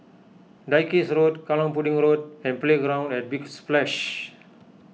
Dalkeith Road Kallang Pudding Road and Playground at Big Splash